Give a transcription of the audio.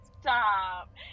stop